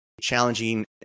challenging